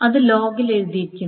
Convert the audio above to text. അത് ലോഗിൽ എഴുതിയിരിക്കുന്നു